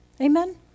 Amen